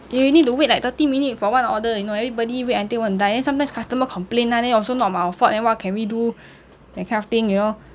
you need to wait like thirty minutes for one order you know everybody wait until want to die then sometimes customer complain ah then also not our fault then what can we do that kind of thing you know